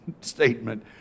statement